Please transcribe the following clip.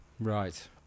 Right